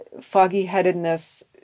foggy-headedness